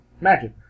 Magic